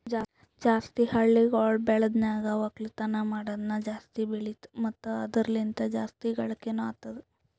ಜಾಸ್ತಿ ಹಳ್ಳಿಗೊಳ್ ಬೆಳ್ದನ್ಗ ಒಕ್ಕಲ್ತನ ಮಾಡದ್ನು ಜಾಸ್ತಿ ಬೆಳಿತು ಮತ್ತ ಅದುರ ಲಿಂತ್ ಜಾಸ್ತಿ ಗಳಿಕೇನೊ ಅತ್ತುದ್